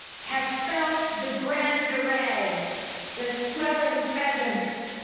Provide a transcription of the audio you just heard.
have felt the grand array the swelling presence,